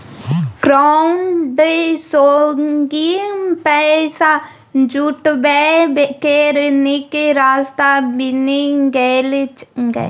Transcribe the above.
crowdsourcing पैसा जुटबै केर नीक रास्ता बनि गेलै यै